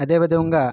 అదే విధముగా